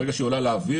ברגע שהיא עולה לאוויר,